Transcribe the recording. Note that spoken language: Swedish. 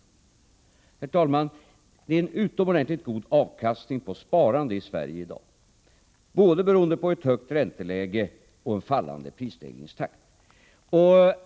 Herr talman! Det är en utomordentligt god avkastning på sparande i Sverige i dag, både beroende på ett högt ränteläge och en fallande prisstegringstakt.